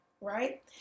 right